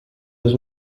was